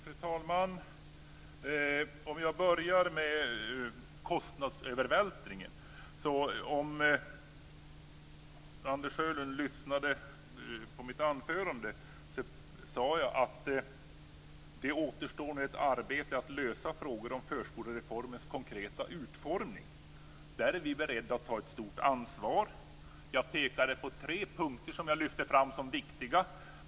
Fru talman! Om jag börjar med kostnadsövervältringen vill jag säga att om Anders Sjölund lyssnade på mitt anförande sade jag att det återstår ett arbete med att lösa frågor om förskolereformens konkreta utformning. Där är vi beredda att ta ett stort ansvar. Jag pekade på tre punkter som jag lyfte fram som viktiga.